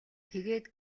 тэгээд